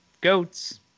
goats